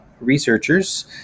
researchers